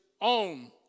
own